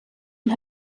und